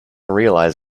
realize